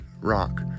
Rock